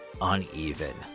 uneven